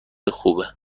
خوبه